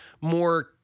more